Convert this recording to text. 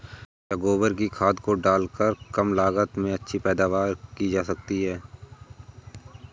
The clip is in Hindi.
क्या गोबर की खाद को डालकर कम लागत में अच्छी पैदावारी की जा सकती है?